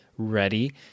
ready